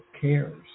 cares